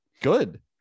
good